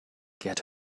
get